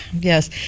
yes